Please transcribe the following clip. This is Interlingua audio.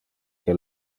que